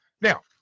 Now